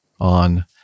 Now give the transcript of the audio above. on